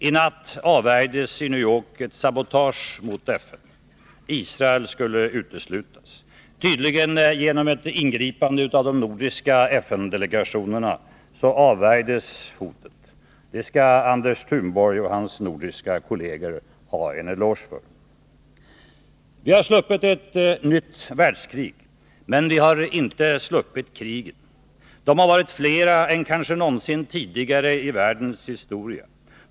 I natt avvärjdes i New York ett sabotage mot dessa strävanden. Israel skulle uteslutas. Tydligen genom ett ingripande av de nordiska FN delegationerna avvärjdes hotet. Det skall Anders Thunborg och hans nordiska kolleger ha en eloge för. Vi har sluppit ett nytt världskrig, men vi har inte sluppit krigen. De har varit fler än kanske någonsin tidigare i världens historia.